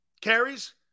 carries